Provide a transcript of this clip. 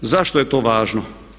Zašto je to važno?